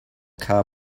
car